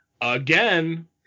again